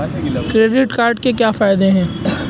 Credit card के क्या फायदे हैं?